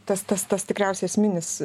tas tas tas tikriausiai esminis